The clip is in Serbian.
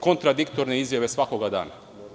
Kontradiktorne izjave svakog dana.